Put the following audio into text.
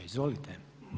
Izvolite.